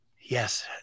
Yes